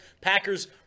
Packers